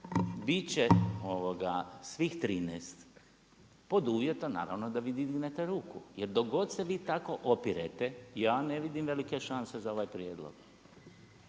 će svih 13 pod uvjetom naravno da vi dignete ruku. Jer dok god se vi tako opirete ja ne vidim velike šanse za ovaj prijedlog.